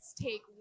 take